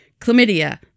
Chlamydia